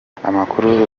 amakuru